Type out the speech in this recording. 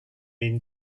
been